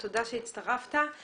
תודה שהצטרפת.